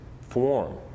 form